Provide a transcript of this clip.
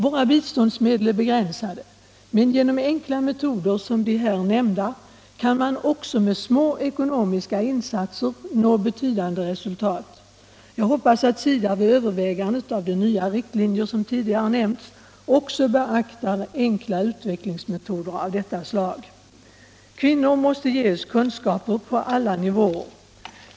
Våra biståndsmedel är begränsade, men med enkla metoder som de här nämnda kan man också med små ekonomiska insatser nå betydande resultat. Jag hoppas att SIDA vid övervägandet av de nya riktlinjer som tidigare nämnts också beaktar enkla utvecklingsmetoder av detta slag. Kvinnor måste ges kunskaper — på alla nivåer.